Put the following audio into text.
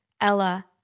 Ella